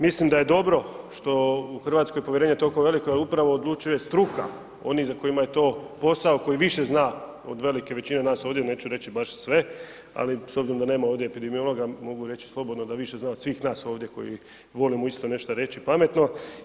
Mislim da je dobro što je u Hrvatskoj povjerenje toliko veliko jel upravo odlučuje struka, oni kojima je to posao koji više zna od velike većine nas ovdje, neću reći baš sve, ali s obzirom da nema ovdje epidemiologa mogu reći slobodno da više zna od svih nas ovdje koji volimo isto nešto reći pametno.